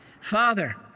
Father